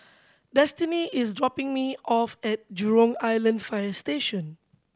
Destini is dropping me off at Jurong Island Fire Station